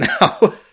now